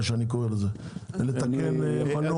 של עבודת כפיים?